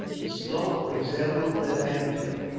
the slope resembled an anthill.